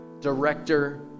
Director